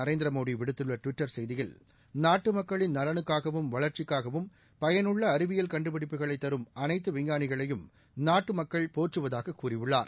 நரேந்திரமோடி விடுத்துள்ள டுவிட்டர் செய்தியில் நாட்டு மக்களின் நலனுக்காகவும் வளா்ச்சிக்காகவும் பயனுள்ள அறிவியல் கண்டுபிடிப்புகளை தரும் அனைத்து விஞ்ஞானிகளையும் நாட்டு மக்கள் போற்றுவதாக கூறியுள்ளார்